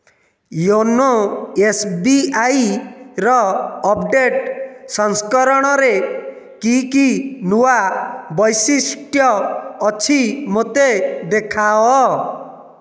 YONO S B I ର update ସଂସ୍କରଣରେ କି କି ନୂଆ ବୈଶିଷ୍ଟ୍ୟ ଅଛି ମୋତେ ଦେଖାଅ